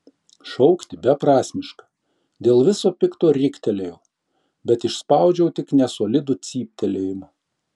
šaukti beprasmiška dėl viso pikto riktelėjau bet išspaudžiau tik nesolidų cyptelėjimą